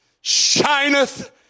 shineth